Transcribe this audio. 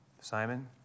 Simon